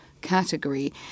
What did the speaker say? category